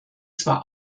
zwar